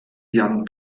jan